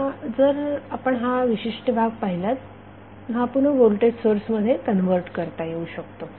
आता जर आपण हा विशिष्ट भाग पाहिलात हा पुन्हा व्होल्टेज सोर्स मध्ये कन्व्हर्ट करता येऊ शकतो